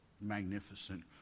Magnificent